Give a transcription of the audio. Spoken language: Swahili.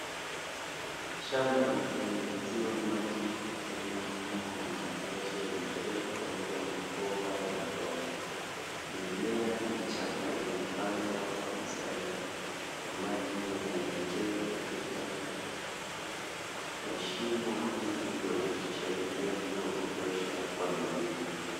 Shamba lililonyunyuziwa maji kwa kutumia mfumo wa umwagiliaji wa mfereji pamoja na mabomba ya matone. Mimea michanga imepandwa kwa mistari na maji yanaelekezwa katika mashimo iyo ili kuhakikisha unyevu wa kutosha kwa mizizi.